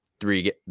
three